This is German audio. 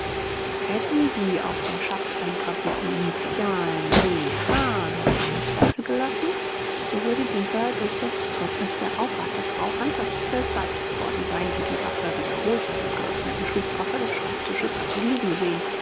hätten die auf dem schaft eingravierten initialen w h noch einen zweifel gelassen so würde dieser durch das zeugnis der aufwartefrau hunters beseitigt worden sein die die waffe wiederholt in dem geöffneten schubfache des schreibtisches hatte liegen sehen